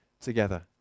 together